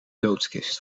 doodskist